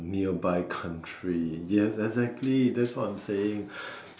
a nearby country yes exactly that's what I'm saying